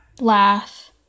laugh